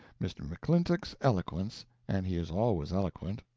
mr. mcclintock's eloquence and he is always eloquent,